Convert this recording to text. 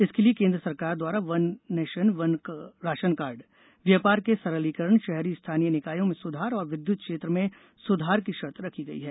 इसके लिए केन्द्र सरकार द्वारा one nation one ration card व्यापार के सरलीकरण शहरी स्थानीय निकायों में सुधार और विद्युत क्षेत्र में सुधार की शर्त रखी गई है